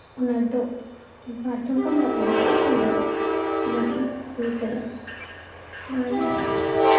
ᱚᱱᱟᱫᱚ ᱵᱟᱨ ᱫᱚᱢ ᱜᱟᱱ ᱵᱟᱛᱟᱱ ᱞᱮᱠᱷᱟᱡ ᱦᱩᱭᱩᱜᱼᱟ ᱤᱱᱟᱹ ᱛᱮᱜᱮ ᱦᱩᱭ ᱩᱛᱟᱹᱨᱚᱜᱼᱟ ᱟᱨ